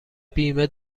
بیمه